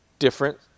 different